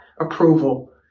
approval